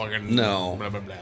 No